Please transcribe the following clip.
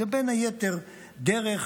זה בין היתר דרך